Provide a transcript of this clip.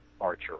Archer